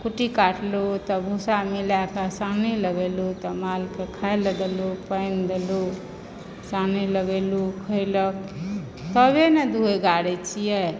कुट्टी काटलहुँ तब भुस्सा मिलैक सानी लगेलहुँ तब मालके खाइलऽ देलूँ पानि देलूँ सानी लगैलूँ खयलक तबे नऽ दूहय गाड़य छियै